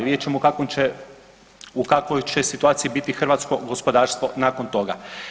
Vidjet ćemo u kakvoj će situaciji biti hrvatsko gospodarstvo nakon toga.